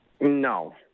No